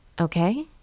Okay